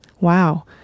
Wow